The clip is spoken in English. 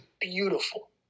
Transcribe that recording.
beautiful